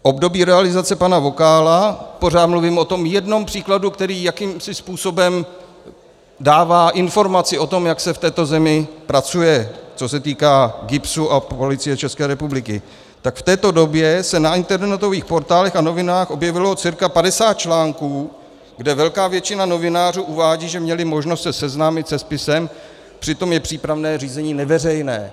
V období realizace pana Vokála pořád mluvím o tom jednom příkladu, který jakýmsi způsobem dává informaci o tom, jak se v této zemi pracuje, co se týká GIBS a Policie České republiky tak v této době se na internetových portálech a novinách objevilo cca padesát článků, kde velká většina novinářů uvádí, že měli možnost se seznámit se spisem, přitom je přípravné řízení neveřejné.